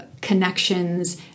connections